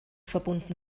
verbunden